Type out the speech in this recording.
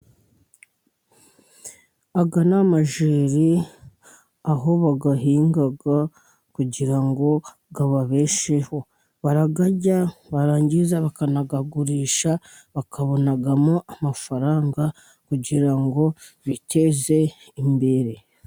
Aya ni amajyeri, aho bayahinga kugira ngo ababesheho, barayarya barangiza bakanayagurisha, bakabonamo amafaranga kugira ngo biteze imbere.